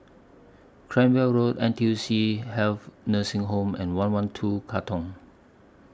Cranwell Road N T U C Health Nursing Home and one one two Katong